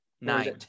nine